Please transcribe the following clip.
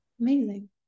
amazing